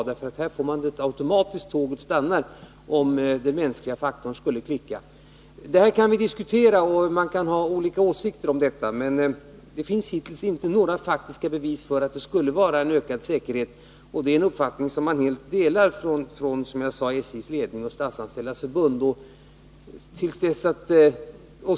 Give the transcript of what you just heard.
ATC-systemet fungerar ju på det sättet att tåget automatiskt stannar, om den mänskliga faktorn skulle klicka. Det här kan vi diskutera, och man kan ha olika åsikter om detta, men det finns hittills inte några faktiska bevis för att en ökad bemanning skulle innebära större säkerhet. Det är en uppfattning som SJ:s ledning och Statsanställdas förbund delar.